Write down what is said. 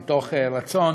מתוך רצון